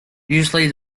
usually